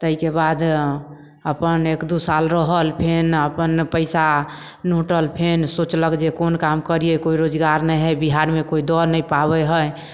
तैके बाद अपन एक दू साल रहल फेन अपन पैसा नूटल फेन सोचलक जे कोन काम करियै कोइ रोजगार नहि हइ बिहारमे कोइ दऽ नहि पाबय हइ